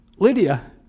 Lydia